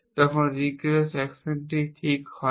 তখন রিগ্রেস অ্যাকশনটি ঠিক হয় না